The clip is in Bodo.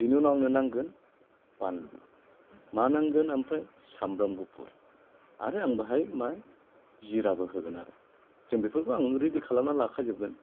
बिनि उनाव आंनो नांगोन बानलु मा नांगोन आमफ्राय सामब्राम गुफुर आरो आं बाहाय मा जिराबो होगोन आरो जों बेफोरखौ आं रेडि खालामना लाखा जोबगोन